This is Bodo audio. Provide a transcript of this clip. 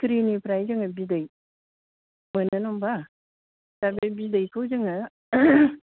सिखिरिनिफ्राय जोङो बिदै मोनो नङा होमबा दा बे बिदैखौ जोङो